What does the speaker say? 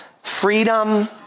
Freedom